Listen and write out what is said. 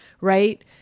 right